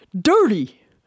dirty